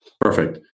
Perfect